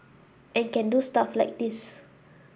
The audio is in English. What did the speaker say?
and can do stuff like this